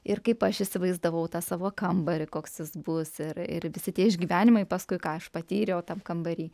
ir kaip aš įsivaizdavau tą savo kambarį koks jis bus ir ir visi tie išgyvenimai paskui ką aš patyriau tam kambary